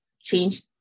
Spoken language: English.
change